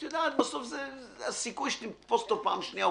את יודעת הסיכוי שנתפוס אותו פעם שנייה הוא